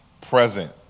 present